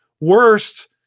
Worst